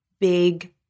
big